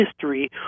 history